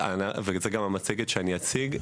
זאת גם המצגת שאני אציג.